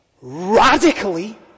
Radically